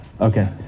okay